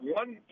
one